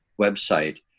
website